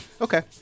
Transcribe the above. Okay